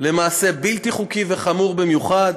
למעשה בלתי חוקי וחמור במיוחד.